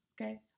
Okay